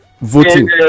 voting